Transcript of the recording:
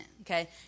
okay